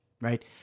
right